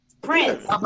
Prince